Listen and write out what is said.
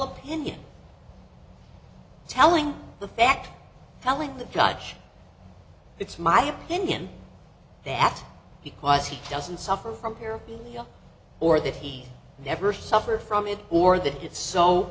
opinion telling the fact telling the judge it's my opinion that because he doesn't suffer from here or that he never suffer from it or that it's so